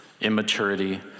Immaturity